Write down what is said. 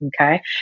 Okay